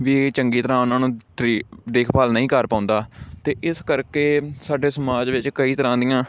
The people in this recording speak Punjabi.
ਵੀ ਇਹ ਚੰਗੀ ਤਰ੍ਹਾਂ ਉਨ੍ਹਾਂ ਨੂੰ ਟ੍ਰੀ ਦੇਖ ਭਾਲ ਨਹੀਂ ਕਰ ਪਾਉਂਦਾ ਅਤੇ ਇਸ ਕਰਕੇ ਸਾਡੇ ਸਮਾਜ ਵਿੱਚ ਕਈ ਤਰ੍ਹਾਂ ਦੀਆਂ